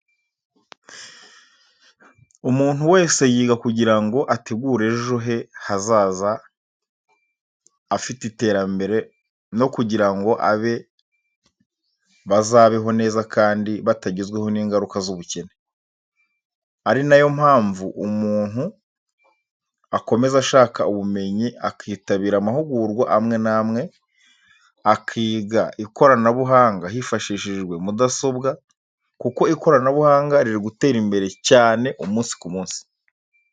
Umuntu wese yiga kugira ngo ategure ejo he hazaza afite iterambere no kugira ngo abe bazabeho neza kandi batagizweho n'ingaruka z'ubukene. Ari na yo mpamvu umuntu aklomeza ashaka ubumenyi akitabira amahugurwa amwe n'amwe, akiga ikoranabuhanga hifashishijwe mudasobwa kuko ikoranabunga riri gutera imbere cyane umunsi ku munsi.